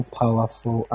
powerful